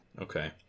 okay